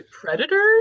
predators